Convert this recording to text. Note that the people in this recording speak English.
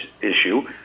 issue